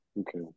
Okay